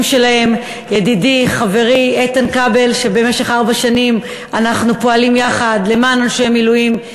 איתן כבל, תכף נדבר על איתן,